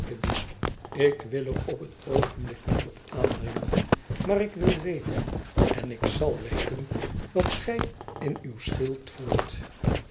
ik wil erop het oogenblik niet op aandringen maar ik wil weten en ik zal weten wat gij in uw schild voert